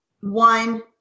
one